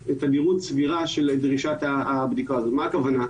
של דרישת של הבדיקות ואומר מה הכוונה.